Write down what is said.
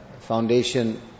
foundation